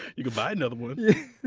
you can buy another one